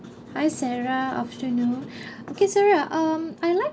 hi sarah afternoon okay sarah um I like